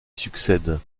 succèdent